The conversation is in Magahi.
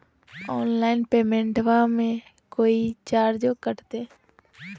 ऑनलाइन पेमेंटबां मे कोइ चार्ज कटते?